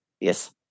yes